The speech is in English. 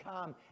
come